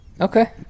Okay